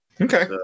Okay